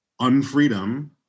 unfreedom